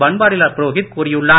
பன்வாரிலால் புரோகித் கூறியுள்ளார்